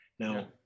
Now